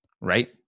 right